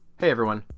hi everyone,